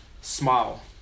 smile